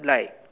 like